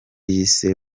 yise